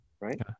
right